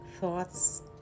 thoughts